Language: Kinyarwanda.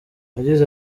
yagize